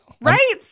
Right